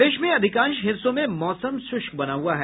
प्रदेश में अधिकांश हिस्सों में मौसम शुष्क बना हुआ है